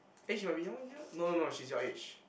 eh she might be one year no no no she's your age